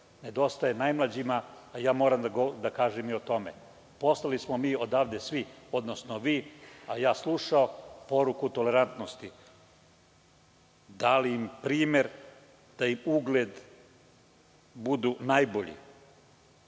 nedostaje najmlađima, a moram da kažem i o tome. Poslali smo odavde svi poruku, odnosno vi, a ja slušao, poruku tolerantnosti, dali im primer da im ugled bude najbolji,